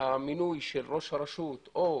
המינוי של ראש הרשות, או